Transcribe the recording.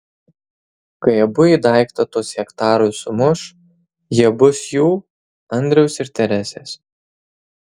kai abu į daiktą tuos hektarus sumuš jie bus jų andriaus ir teresės